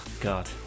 God